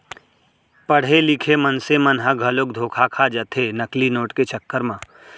पड़हे लिखे मनसे मन ह घलोक धोखा खा जाथे नकली नोट के चक्कर म